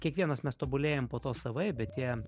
kiekvienas mes tobulėjam po to savaip bet tie